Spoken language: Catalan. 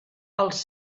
els